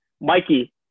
Mikey